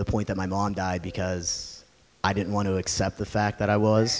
the point that my mom died because i didn't want to accept the fact that i was